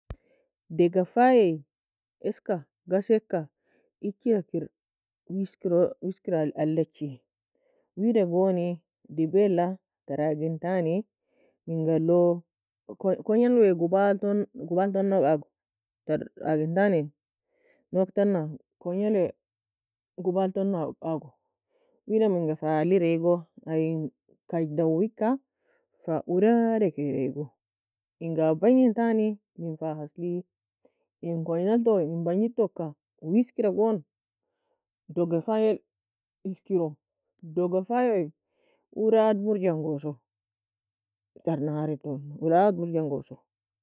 Degafa ye eska gaseka ichy rakir wiskira wiskira alechi. Wida goni dibela ter agintani minga alo kong nell gubaltone gubaltone ague ter agintani nouge tana konge nell gubal tana ague wida minga fa alir eago aye en kag dawika fa urada keri eague enga abangi entani min fa hasli in kong nall tuo in bangid toka wiskira gon degefa ye eskiro degefaye urad murja engoso ter nharei eltoni urad murjan goso